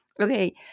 Okay